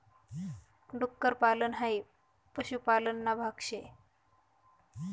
डुक्कर पालन हाई पशुपालन ना भाग शे